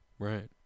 Right